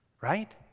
Right